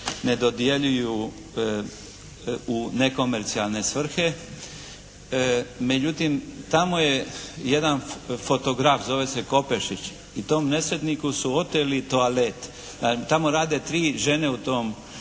ne dodjeljuju u nekomercijalne svrhe. Međutim, tamo je jedan fotograf, zove se Kopešić, i tom nesretniku su oteli toalet. Tamo rade tri žene u tom